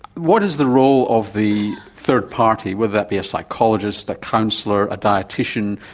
what is the role of the third party, whether that be a psychologist, a counsellor, a dietician,